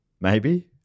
maybe-